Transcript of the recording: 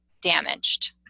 damaged